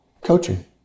coaching